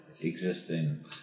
Existing